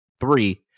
three